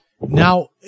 Now